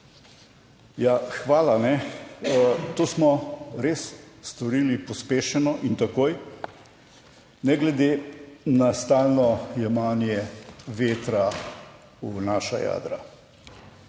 Ja, hvala. kajne? To smo res storili pospešeno in takoj, ne glede na stalno jemanje vetra v naša jadra.